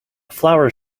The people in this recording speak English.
flower